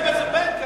יש להם את זה בין כך.